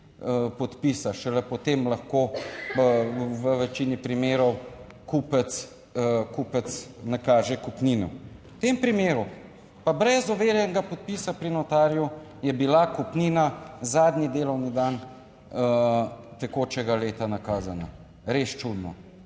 Šele potem lahko v večini primerov kupec, kupec nakaže kupnino, v tem primeru pa brez overjenega podpisa pri notarju je bila kupnina zadnji delovni dan tekočega leta nakazana, res čudno